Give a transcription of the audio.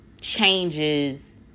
changes